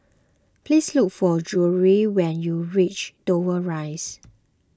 please look for Jewell when you reach Dover Rise